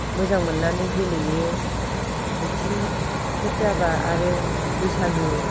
मोजां मोननानै गेलेयो मिथिंफोर जाब्ला आरो बैसागो